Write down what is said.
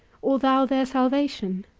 or thou their salvation?